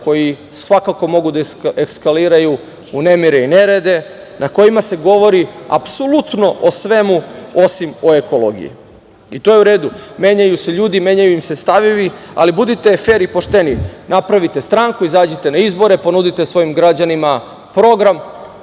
koji svakako mogu da eskaliraju u nemire i nerede, na kojima se govori, apsolutno o svemu osim o ekologiji. I to je u redu. Menjaju se ljudi i menjaju im se stavovi, ali budite fer i pošteni napravite stranku, izađite na izbore, ponudite svojim građanima program,